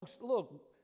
look